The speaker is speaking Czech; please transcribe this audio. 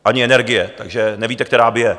Ani energie, takže nevíte, která bije.